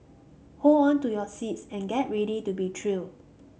hold on to your seats and get ready to be thrilled